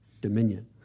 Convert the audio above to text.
dominion